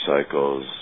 Cycles